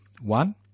One